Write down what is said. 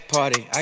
Party